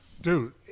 Dude